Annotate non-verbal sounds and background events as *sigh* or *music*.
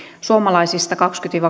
suomalaisista kaksikymmentä *unintelligible*